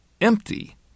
empty